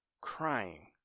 crying